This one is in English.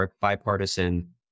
bipartisan